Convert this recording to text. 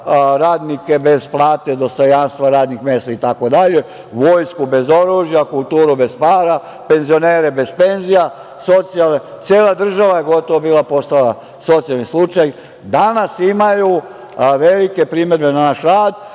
radnike bez plate, dostojanstva, radnih mesta, vojsku bez oružja, kulturu bez para, penzionere bez penzija, cela država je gotovo bila postala socijalni slučaj, danas imaju velike primedbe na naš rad,